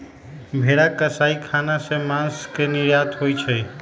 भेरा कसाई ख़ना से मास के निर्यात होइ छइ